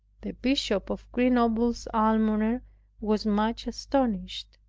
the bishop of grenoble's almoner was much astonished.